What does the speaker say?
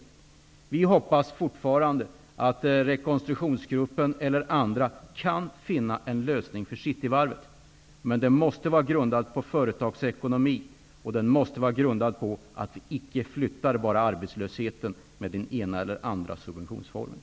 Vi hoppas fortfarande att rekonstruktionsgruppen eller några andra intressenter skall kunna finna en lösning för Cityvarvet, men den måste alltså vara grundad på företagsekonomi och på att vi icke flyttar arbetslösheten med hjälp av någon form av subventioner.